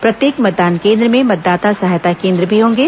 प्रत्येक मतदान केंद्र में मतदाता सहायता केंद्र भी होंगे